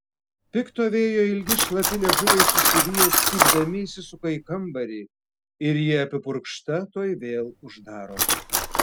pikto vėjo ilgi šlapi liežuviai susiviję cypdami įsisuka į kambarį ir ji apipurkšta tuoj vėl uždaro